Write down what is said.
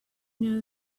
know